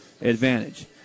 advantage